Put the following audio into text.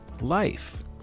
life